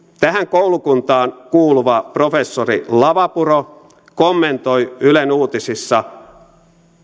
tähän koulukuntaan kuuluva professori lavapuro kommentoi ylen uutisissa